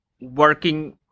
working